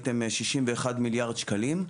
61 מיליארד שקלים,